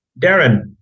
Darren